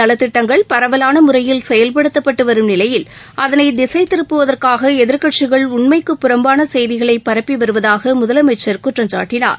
நலத்திட்டங்கள் பரவலானமுறையில் செயல்படுத்தப்பட்டுவரும் நிலையில் அரசின் அதளைதிசைத்திருப்புவதற்காகஎதிர்க்கட்சிகள் உண்மக்கு புறம்பானசெய்திகளைபரப்பிவருவதாகமுதலமைச்சா் குற்றம்சாட்டினார்